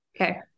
Okay